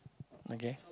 okay